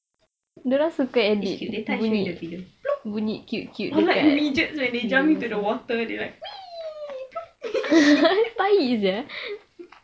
it's cute later I show you the video or like midgets when they jump into the water they like